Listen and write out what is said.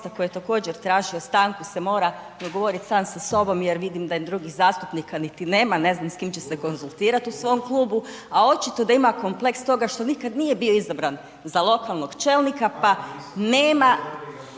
koji je također tražio stanku se mora dogovorit sam sa sobom jer vidim da ih drugih zastupnika niti nema, ne znam s kim će se konzultirat u svom klubu, a očito da ima kompleks toga što nikada nije bio izabran za lokalnog čelnika pa nema